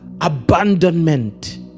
abandonment